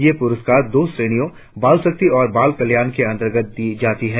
ये पुरस्कार दो श्रेणियों बाल शक्ति और बाल कल्याण के अंतर्गत दिए जाते हैं